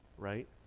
Right